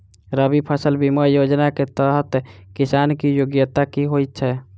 रबी फसल बीमा योजना केँ तहत किसान की योग्यता की होइ छै?